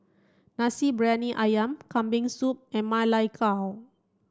Nasi Briyani Ayam Kambing Soup and Ma Lai Gao